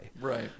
Right